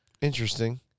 Interesting